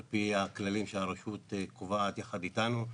על פי הכללים שהרשות קובעת יחד אתנו,